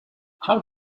how